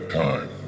time